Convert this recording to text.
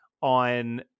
on